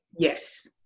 Yes